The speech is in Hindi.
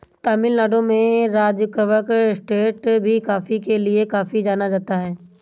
तमिल नाडु में राजकक्कड़ एस्टेट भी कॉफी के लिए काफी जाना जाता है